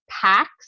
packs